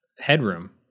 headroom